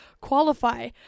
qualify